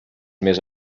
més